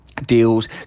deals